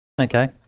Okay